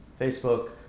Facebook